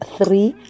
three